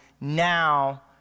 Now